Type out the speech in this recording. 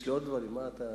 יש לי עוד דברים, מה אתה,